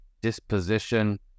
disposition